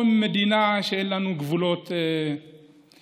עם מדינה שאין לנו איתה גבולות משותפים.